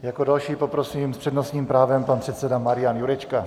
Jako další poprosím s přednostním právem pan předseda Marian Jurečka.